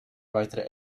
weitere